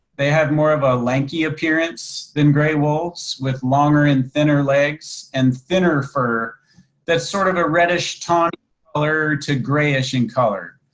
they have more of a lanky appearance gray wolves with longer and thinner legs and thinner fur that sort of a reddish tiny color to grayish in color.